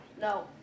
No